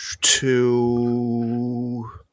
two –